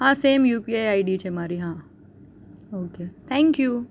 હા same UPI ID છે મારી હા ઓકે થેન્ક યુ